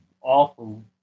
awful